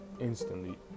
instantly